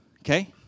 Okay